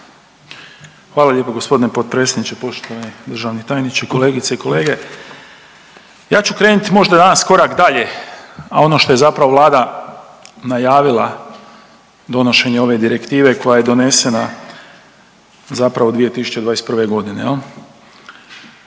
Hvala lijepo gospodine potpredsjedniče. Poštovani državni tajniče, kolegice i kolege, ja ću krenit možda danas korak dalje, a ono što je zapravo Vlada najavila donošenjem ove direktive koja je donesena zapravo 2021. godine jel.